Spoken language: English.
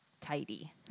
tidy